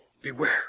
Beware